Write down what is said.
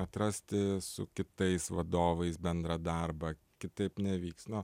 atrasti su kitais vadovais bendrą darbą kitaip neveiks nu